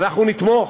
אנחנו נתמוך.